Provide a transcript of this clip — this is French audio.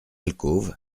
alcôve